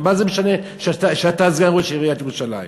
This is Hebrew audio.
מה זה משנה שאתה סגן ראש עיריית ירושלים,